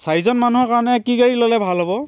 চাৰিজন মানুহৰ কাৰণে কি গাড়ী ল'লে ভাল হ'ব